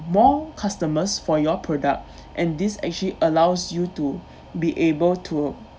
more customers for your product and this actually allows you to be able to